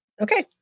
Okay